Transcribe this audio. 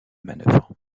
manœuvres